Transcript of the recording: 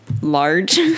Large